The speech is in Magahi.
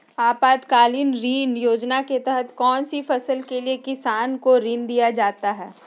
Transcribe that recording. आपातकालीन ऋण योजना के तहत कौन सी फसल के लिए किसान को ऋण दीया जाता है?